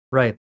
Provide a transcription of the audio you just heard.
right